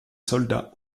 soldats